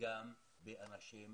וגם באנשים רגילים.